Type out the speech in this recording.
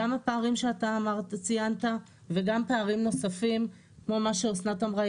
גם הפערים שאתה ציינת וגם פערים נוספים כמו מה שאסנת אמרה,